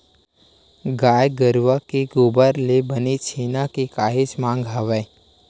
गाय गरुवा के गोबर ले बने छेना के काहेच मांग हवय